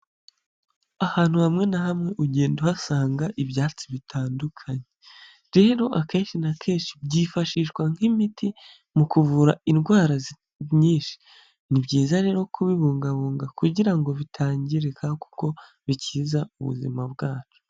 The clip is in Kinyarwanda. Ahantu hamwe na hamwe ugenda uhasanga ibyatsi bitandukanye, rero akenshi na kenshi byifashishwa nk'imiti mu kuvura indwara nyinshi, ni byiza rero kubibungabunga kugira ngo bitangirika kuko bikiza ubuzima bwacu.